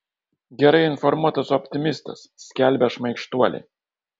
gerai informuotas optimistas skelbia šmaikštuoliai